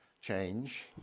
change